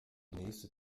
nächste